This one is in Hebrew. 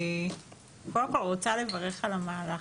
קודם כל רוצה לברך על המהלך,